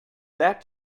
that